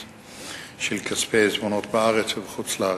של כספי העיזבונות בארץ ובחוץ-לארץ.